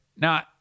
now